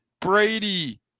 Brady